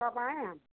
कब आएं हम